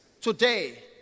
today